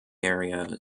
area